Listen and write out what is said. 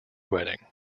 wedding